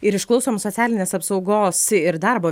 ir išklausom socialinės apsaugos ir darbo